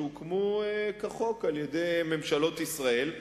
שהוקמו כחוק על-ידי ממשלות ישראל.